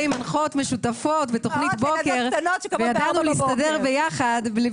מנחות משותפות בתוכנית בוקר וידענו להסתדר יחד.